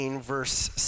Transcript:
verse